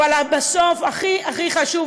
אבל בסוף הכי הכי חשוב,